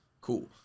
Cool